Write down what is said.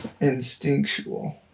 instinctual